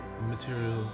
material